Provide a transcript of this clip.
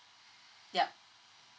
yup